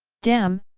damn,